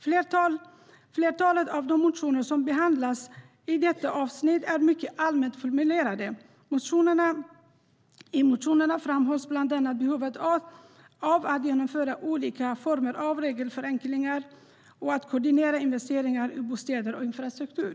Flertalet av de motioner som behandlas i detta avsnitt är mycket allmänt formulerade. I motionerna framhålls bland annat behovet av att genomföra olika former av regelförenklingar och att koordinera investeringar i bostäder och infrastruktur.